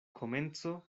komenco